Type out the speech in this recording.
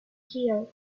here